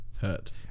hurt